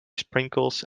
sprinkles